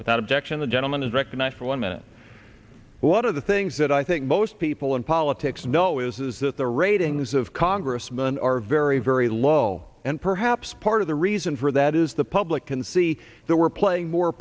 without objection the gentleman is recognized for one minute what are the things that i think most people in politics know is that the ratings of congressman are very very low and perhaps part of the reason for that is the public can see that we're playing more